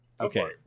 okay